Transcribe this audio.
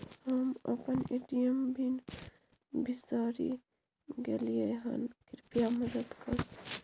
हम अपन ATM PIN बिसरि गलियै हन, कृपया मदद करु